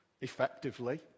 effectively